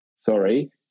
sorry